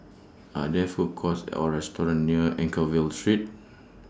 Are There Food Courts Or restaurants near Anchorvale Street